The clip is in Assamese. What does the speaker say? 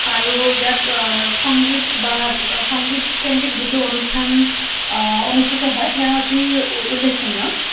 আৰু ইয়াত সংগীত বা সংগীত কেন্দ্ৰিক যিটো অনুষ্ঠান অনুষ্ঠিত হয় সেয়া অতি উল্লেখনীয়